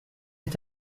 est